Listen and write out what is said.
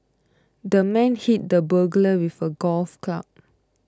the man hit the burglar with a golf club